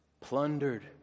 plundered